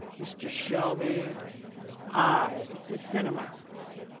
mr. shelby i. mrs. cinema